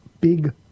big